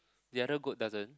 the other goat doesn't